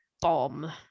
bomb